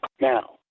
Now